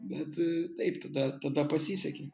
bet taip tada tada pasisekė